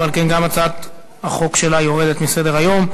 ועל כן גם הצעת החוק שלה יורדת מסדר-היום.